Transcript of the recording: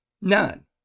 None